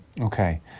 Okay